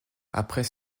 après